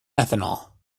ethanol